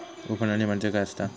उफणणी म्हणजे काय असतां?